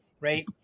right